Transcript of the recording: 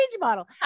model